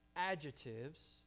Adjectives